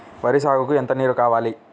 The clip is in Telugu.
వరి సాగుకు ఎంత నీరు కావాలి?